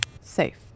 Safe